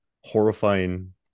horrifying